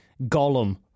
Gollum